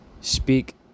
Speak